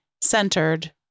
centered